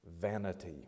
vanity